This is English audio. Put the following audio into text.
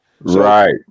Right